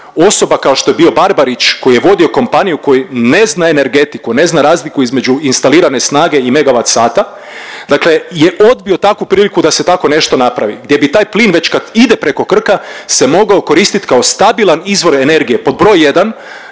osoba kao što je Barbarić koji je vodio kompaniju, koji ne zna energetiku ne zna razliku između instalirane snage i megavat sata, dakle je odbio takvu priliku da se tako nešto napravi gdje bi taj plin već kada ide preko Krka se mogao koristiti kao stabilan izvor energije. Pod broj jedan